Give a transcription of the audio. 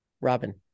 Robin